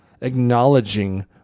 Acknowledging